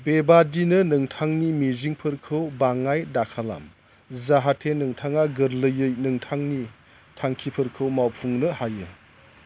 बेबादिनो नोंथांनि मिजिंफोरखौ बाङाइ दाखालाम जाहाते नोंथाङा गोरलैयै नोंथांनि थांखिफोरखौ मावफुंनो हायो